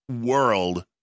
world